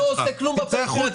אתה לא עושה כלום בפריפריה.